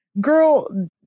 girl